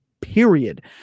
period